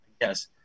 Yes